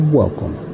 welcome